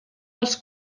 els